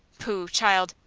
pooh! child!